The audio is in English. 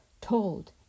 told